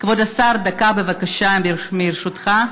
כבוד השר, דקה, בבקשה, מרשותך.